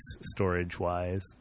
storage-wise